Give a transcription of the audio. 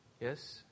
Yes